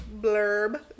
blurb